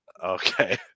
Okay